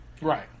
right